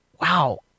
wow